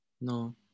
no